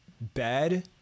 bad